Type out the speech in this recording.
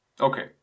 Okay